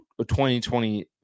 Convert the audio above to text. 2020